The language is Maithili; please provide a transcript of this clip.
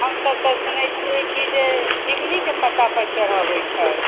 हमसभ तऽ सुनैत छियै कि जे झिंगुनीके पत्तापर चढ़बैत छै